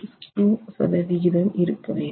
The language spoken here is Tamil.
2 சதவிகிதம் இருக்க வேண்டும்